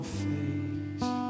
face